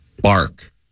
Bark